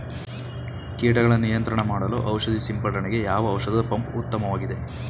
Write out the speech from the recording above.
ಕೀಟಗಳ ನಿಯಂತ್ರಣ ಮಾಡಲು ಔಷಧಿ ಸಿಂಪಡಣೆಗೆ ಯಾವ ಔಷಧ ಪಂಪ್ ಉತ್ತಮವಾಗಿದೆ?